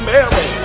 Mary